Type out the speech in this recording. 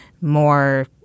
more